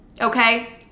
okay